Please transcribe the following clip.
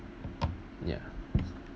ya